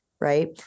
Right